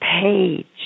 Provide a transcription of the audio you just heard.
page